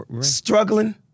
struggling